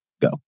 Go